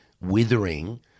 withering